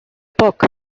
poc